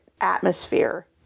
atmosphere